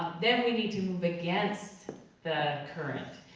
then we need to move against the current.